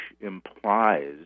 implies